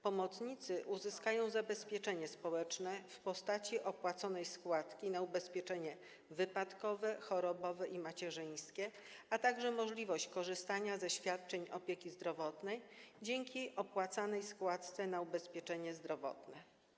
Pomocnicy uzyskają zabezpieczenie społeczne w postaci opłaconej składki na ubezpieczenie wypadkowe, chorobowe i macierzyńskie, a także możliwość korzystania ze świadczeń opieki zdrowotnej dzięki opłacanej składce na ubezpieczenie zdrowotne.